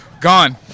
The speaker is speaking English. Gone